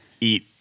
eat